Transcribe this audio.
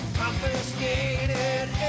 confiscated